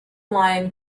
lion